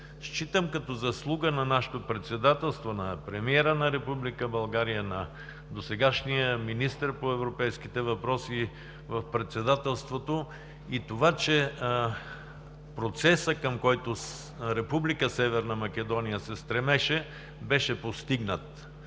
Считам като заслуга на нашето председателство, на премиера на Република България, на досегашния министър по европейските въпроси в Председателството и това, че процесът, към който Република Северна Македония се стремеше, беше постигнат.